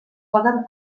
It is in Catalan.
poden